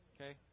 Okay